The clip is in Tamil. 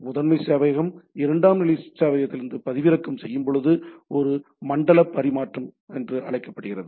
முதன்மை சேவையகம் இரண்டாம் நிலை சேவையகதிலிருந்து பதிவிறக்கும் போது அது மண்டல பரிமாற்றம் என்று அழைக்கப்படுகிறது